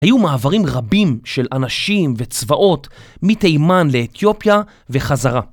היו מעברים רבים של אנשים וצבאות מתימן לאתיופיה וחזרה.